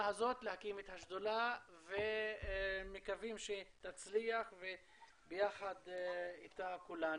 הזו להקים את השדולה ומקווים שתצליח וביחד איתה כולנו.